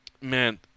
Man